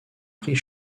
prix